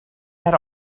had